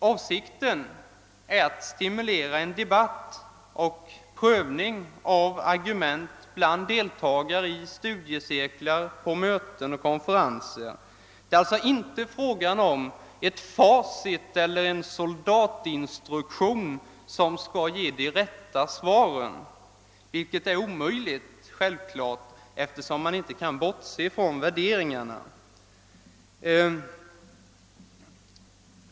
Avsikten är att stimulera till en debatt och till prövning av argument bland deltagare i studiecirklar, på möten och konferenser. Det är alltså inte fråga om ett facit eller en soldatinstruktion, som skall ge de rätta svaren, vilket självfallet är omöjligt, eftersom man inte kan bortse från värderingarna.